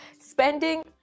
spending